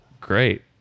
Great